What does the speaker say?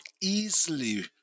easily